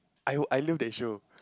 I I love that show